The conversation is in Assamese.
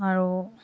আৰু